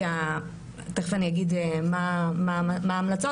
תכף אני אגיד מה ההמלצות,